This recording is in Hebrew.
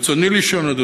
רצוני לשאול: